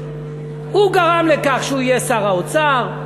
הוא גרם לכך שהוא יהיה שר האוצר,